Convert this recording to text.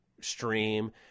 stream